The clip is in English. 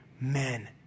men